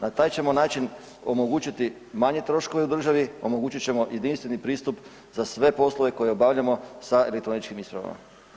Na taj ćemo način omogućiti manje troškove u državi, omogućit ćemo jedinstveni pristup za sve poslove koje obavljamo sa elektroničkim ispravama.